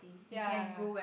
ya